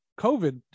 COVID